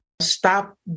stop